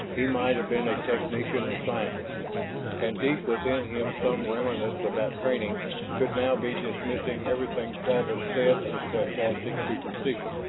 he might have been a technician or scientist and deep within him some remnants of that training could now be dismissing everything travis said as fantastic superstition.